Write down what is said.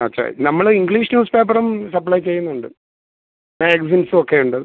പക്ഷേ നമ്മൾ English news പേപ്പറും സപ്ലൈ ചെയ്യുന്നുണ്ട് മാഗസിൻസൊക്കെയുണ്ട്